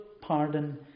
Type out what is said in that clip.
Pardon